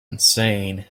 insane